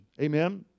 Amen